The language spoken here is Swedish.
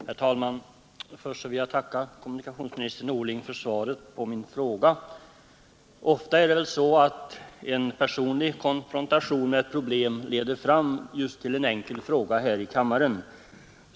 Herr talman! Först vill jag tacka kommunikationsminister Norling för svaret på min fråga. Ofta är det väl så att en personlig konfrontation med ett problem leder fram till en enkel fråga här i kammaren.